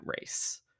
race